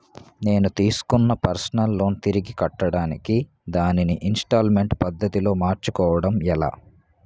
నేను తిస్కున్న personal loan తిరిగి కట్టడానికి దానిని ఇంస్తాల్మేంట్ పద్ధతి లో మార్చుకోవడం ఎలా?